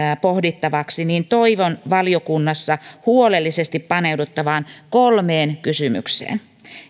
pohdittavaksi niin toivon valiokunnassa huolellisesti paneuduttavan kolmeen kysymykseen